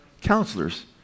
counselors